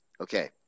Okay